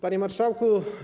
Panie Marszałku!